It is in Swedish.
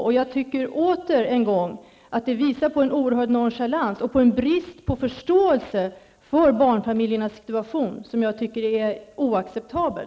Jag vill åter en gång säga att detta enligt min uppfattning visar på en oerhörd nonchalans och på en brist på förståelse för barnfamiljernas situation som jag tycker är oacceptabel.